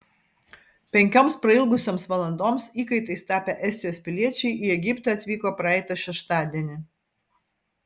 penkioms prailgusioms valandoms įkaitais tapę estijos piliečiai į egiptą atvyko praeitą šeštadienį